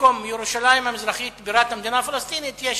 במקום ירושלים המזרחית בירת המדינה הפלסטינית, יש